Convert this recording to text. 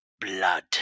blood